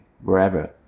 wherever